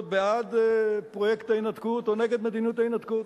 בעד פרויקט ההינתקות או נגד מדיניות ההינתקות,